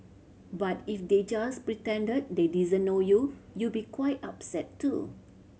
but if they just pretended they didn't know you you be quite upset too